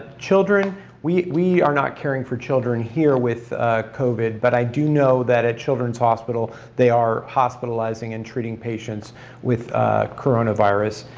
children we we are not caring for children here with covid but i do know that at children's hospital they are hospitalizing and treating patients with coronavirus.